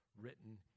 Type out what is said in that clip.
written